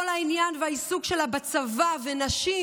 כל העניין והעיסוק שלה בצבא ונשים,